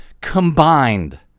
combined